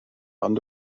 ond